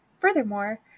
Furthermore